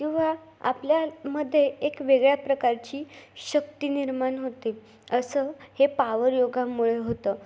किंवा आपल्यामध्ये एक वेगळ्या प्रकारची शक्ती निर्माण होते असं हे पावर योगामुळे होतं